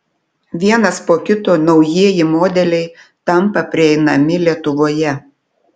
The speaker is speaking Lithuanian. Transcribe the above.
vienas po kito naujieji modeliai tampa prieinami lietuvoje